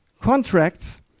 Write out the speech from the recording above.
contracts